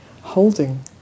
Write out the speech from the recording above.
holding